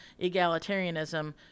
egalitarianism